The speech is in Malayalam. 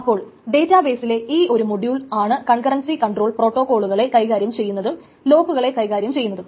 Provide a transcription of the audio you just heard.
അപ്പോൾ ഡേറ്റാ ബെയിസിലെ ഈ ഒരു മോഡ്യൂൾ ആണ് കൺകറൻസി കൺട്രോൾ പ്രോട്ടോകോളുകളെ കൈകാര്യം ചെയ്യുന്നതും ലോക്കുകളെ കൈകാര്യം ചെയ്യുന്നതും